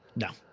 no.